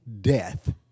death